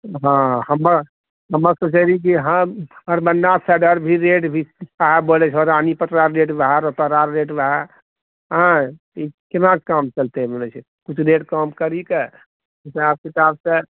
हँ हमर हमे सोचले रही कि साइड आर भी रेट आंय ई केना काम चलतै किछु रेट कम करही कऽ हिसाब किताबसँ